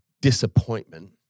disappointment